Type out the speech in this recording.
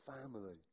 family